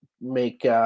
make